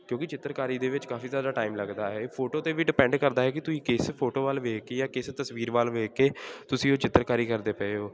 ਕਿਉਂਕਿ ਚਿੱਤਰਕਾਰੀ ਦੇ ਵਿੱਚ ਕਾਫੀ ਜ਼ਿਆਦਾ ਟਾਈਮ ਲੱਗਦਾ ਹੈ ਇਹ ਫੋਟੋ 'ਤੇ ਵੀ ਡਿਪੈਂਡ ਕਰਦਾ ਹੈ ਕਿ ਤੁਸੀਂ ਕਿਸ ਫੋਟੋ ਵੱਲ ਵੇਖ ਕੇ ਜਾਂ ਕਿਸ ਤਸਵੀਰ ਵੱਲ ਵੇਖ ਕੇ ਤੁਸੀਂ ਉਹ ਚਿੱਤਰਕਾਰੀ ਕਰਦੇ ਪਏ ਹੋ